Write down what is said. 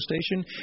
station